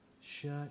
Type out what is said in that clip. shut